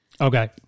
Okay